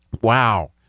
wow